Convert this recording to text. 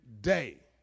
day